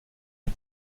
des